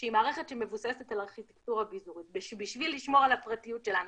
שהיא מערכת שמבוססת על ארכיטקטורה ביזורית בשביל לשמור על הפרטיות שלנו,